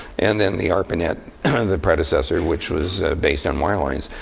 and then the arpanet, kind of the predecessor, which was based on wirelines.